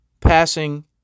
Passing